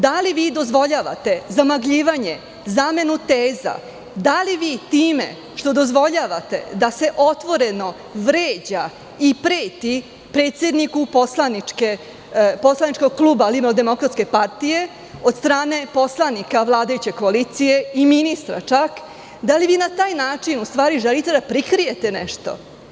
Da li vi dozvoljavate zamagljivanje, zamenu teza, da li vi time što dozvoljavate da se otvoreno vređa i preti predsedniku poslaničkog kluba LDP od strane poslanika vladajuće koalicije i ministra čak, da li vi na taj način u stvari želite da prikrijete nešto?